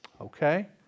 Okay